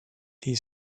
the